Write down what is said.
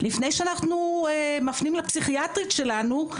לפני שאנחנו מפנים לפסיכיאטרית שלנו,